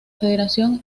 federación